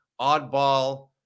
oddball